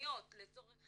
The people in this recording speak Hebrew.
גזעניות לצורך